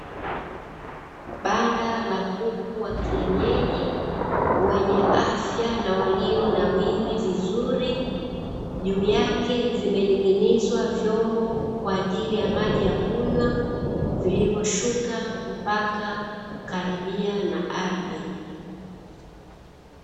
Banda la kuku wa kienyeji wenye afya na walionawiri vizuri, juu yake vimeninginyizwa vyombo kwaajili ya maji ya kunywa vilivyoshuka mpaka karibia na ardhi.